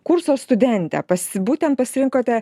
kurso studentė pasi būtent pasirinkote